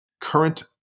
current